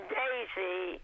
daisy